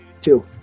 Two